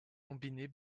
combinées